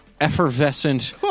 effervescent